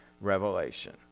Revelation